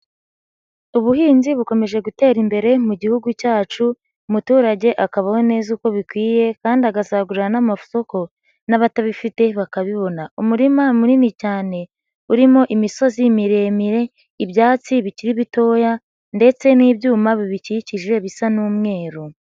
Ubuhinzi bukomeje gutera imbere mu gihugu cyacu, umuturage akabaho neza uko bikwiye kandi agasagurana n'amasoko n'abatabifite bakabibona, umurima munini cyane urimo imisozi miremire, ibyatsi bikiri bitoya ndetse n'ibyuma bibikikije bisa n'umweru.